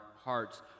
hearts